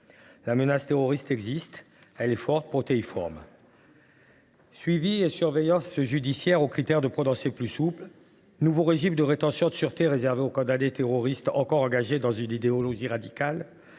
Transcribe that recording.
ne nie l’existence, est à la fois forte et protéiforme. Suivi et surveillance judiciaire aux critères de prononcé plus souples, nouveau régime de rétention de sûreté réservé aux condamnés terroristes encore engagés dans une idéologie radicale,